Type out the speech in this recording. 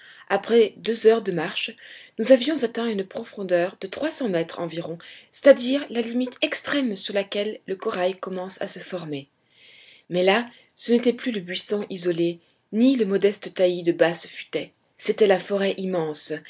après deux heures de marche nous avions atteint une profondeur de trois cents mètres environ c'est-à-dire la limite extrême sur laquelle le corail commence à se former mais là ce n'était plus le buisson isolé ni le modeste taillis de basse futaie c'était la forêt immense